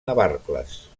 navarcles